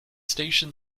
station